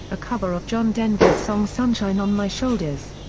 a cover of john denver's song sunshine on my shoulders.